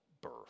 birth